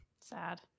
Sad